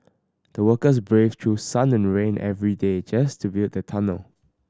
the workers braved through sun and rain every day just to build the tunnel